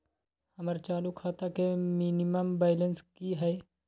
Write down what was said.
हमर चालू खाता के मिनिमम बैलेंस कि हई?